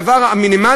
היא הדבר המינימלי?